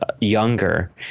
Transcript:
younger